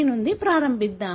నుండి ప్రారంభిద్దాం